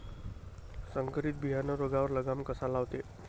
संकरीत बियानं रोगावर लगाम कसा लावते?